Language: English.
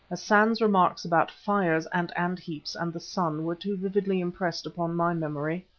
hassan's remarks about fires and ant-heaps and the sun were too vividly impressed upon my memory.